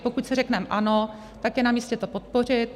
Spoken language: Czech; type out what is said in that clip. Pokud si řekneme ano, tak je na místě to podpořit.